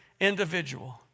individual